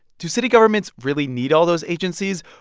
do city governments really need all those agencies,